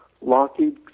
Lockheed